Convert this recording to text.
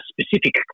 specific